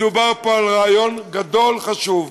מדובר פה על רעיון גדול וחשוב,